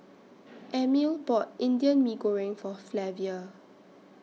Emil bought Indian Mee Goreng For Flavia